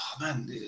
man